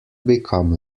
become